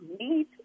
need